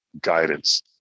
Guidance